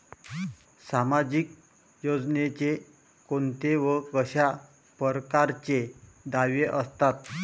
सामाजिक योजनेचे कोंते व कशा परकारचे दावे असतात?